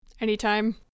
Anytime